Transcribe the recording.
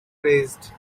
pressed